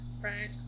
Right